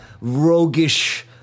Roguish